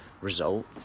result